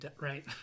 right